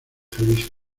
jalisco